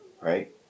right